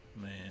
Man